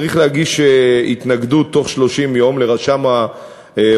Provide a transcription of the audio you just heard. צריך להגיש התנגדות בתוך 30 יום לרשם ההוצאה